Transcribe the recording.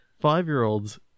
Five-year-olds